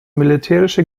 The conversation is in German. militärische